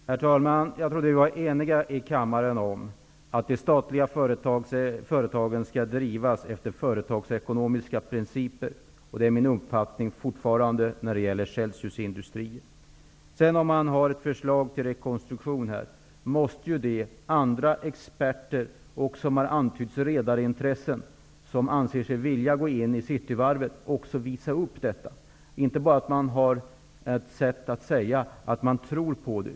Herr talman! Jag trodde att vi i kammaren var eniga om att statliga företag skall drivas efter företagsekonomiska principer. Det är fortfarande min uppfattning med tanke på Celsius Industrier. Om man sedan har ett förslag till rekonstruktion måste ju experter och de som har redarintressen och som anser sig vilja gå in i Cityvarvet -- vilket antytts här -- också visa detta i handling och inte bara säga att man tror på det.